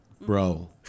Bro